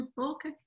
okay